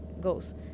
goes